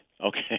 okay